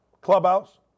clubhouse